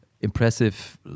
impressive